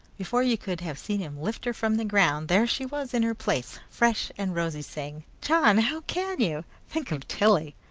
before you could have seen him lift her from the ground, there she was in her place, fresh and rosy, saying, john! how can you? think of tilly!